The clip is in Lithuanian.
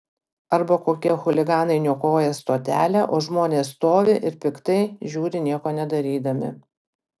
arba kokie chuliganai niokoja stotelę o žmonės stovi ir piktai žiūri nieko nedarydami